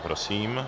Prosím.